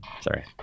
Sorry